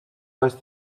ouest